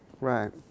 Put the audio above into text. Right